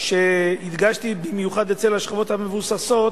שהדגשתי במיוחד, אצל השכבות המבוססות,